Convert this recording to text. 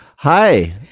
Hi